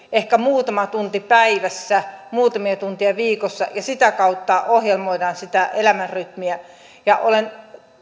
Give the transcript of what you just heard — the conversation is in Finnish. ehkä muutama tunti päivässä muutamia tunteja viikossa ja sitä kautta ohjelmoidaan sitä elämänrytmiä olen